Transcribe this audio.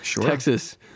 Texas